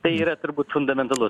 tai yra turbūt fundamentalu